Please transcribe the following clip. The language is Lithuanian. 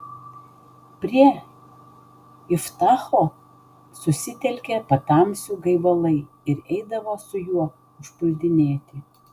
prie iftacho susitelkė patamsių gaivalai ir eidavo su juo užpuldinėti